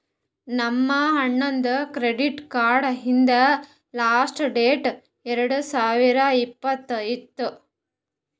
ನಮ್ ಅಣ್ಣಾದು credit card ಹಿಂದ್ ಲಾಸ್ಟ್ ಡೇಟ್ ಎರಡು ಸಾವಿರದ್ ಇಪ್ಪತ್ತ್ ಇತ್ತು